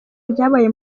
ryabaye